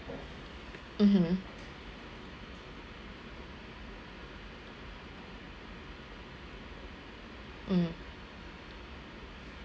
mmhmm mm